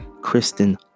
Kristen